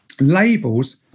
labels